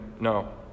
No